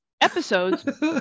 episodes